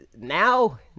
now